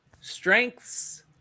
strengths